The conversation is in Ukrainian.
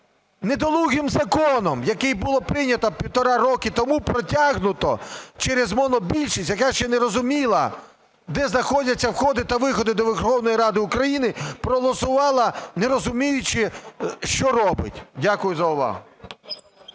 недолугим законом, який було прийнято півтора роки тому, протягнуто через монобільшість, яка ще не розуміла, де знаходяться входи та виходи Верховної Ради України, проголосувала, не розуміючи, що робить. Дякую за увагу.